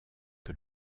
que